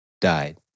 died